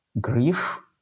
Grief